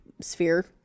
sphere